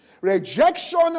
rejection